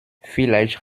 vielleicht